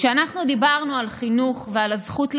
כשאנחנו דיברנו על חינוך ועל הזכות לחינוך,